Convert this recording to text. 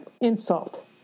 insult